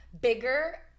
bigger